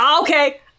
okay